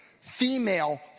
female